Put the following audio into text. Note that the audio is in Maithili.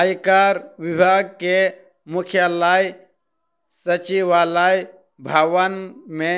आयकर विभाग के मुख्यालय सचिवालय भवन मे